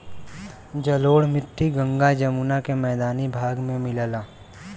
जलोढ़ मट्टी गंगा जमुना के मैदानी भाग में मिलला